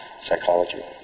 psychology